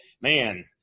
man